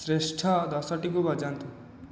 ଶ୍ରେଷ୍ଠ ଦଶଟିକୁ ବଜାନ୍ତୁ